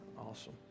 Awesome